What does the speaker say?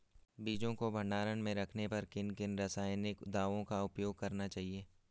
बीजों को भंडारण में रखने पर किन किन रासायनिक दावों का उपयोग करना चाहिए?